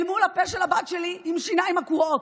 אל מול הפה של הבת שלי עם שיניים עקורות.